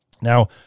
Now